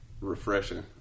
refreshing